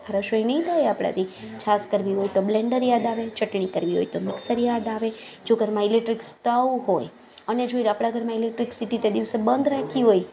રસોઈ નહીં થાય આપણાથી છાશ કરવી હોય તો બ્લેન્ડર યાદ આવે ચટણી કરવી હોય તો મિક્સર યાદ આવે જો ઘરમાં ઇલેક્ટ્રિક સ્ટવ હોય અને જો આપણા ઘરમાં ઇલેક્ટ્રિક સિટી તે દિવસે બંધ રહેતી હોય